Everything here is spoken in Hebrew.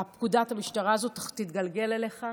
פקודת המשטרה הזאת תתגלגל אליך,